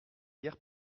guère